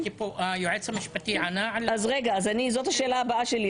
לא הייתי כאן אבל היועץ המשפטי ענה לשאלה שלי?